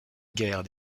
guerre